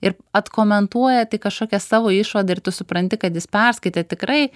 ir atkomentuoja tik kažkokią savo išvadą ir tu supranti kad jis perskaitė tikrai